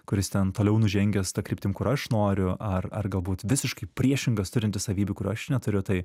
kuris ten toliau nužengęs ta kryptim kur aš noriu ar ar galbūt visiškai priešingas turintis savybių kurių aš neturiu tai